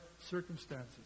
circumstances